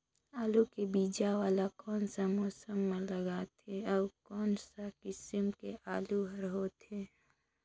आलू के बीजा वाला कोन सा मौसम म लगथे अउ कोन सा किसम के आलू हर होथे?